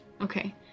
okay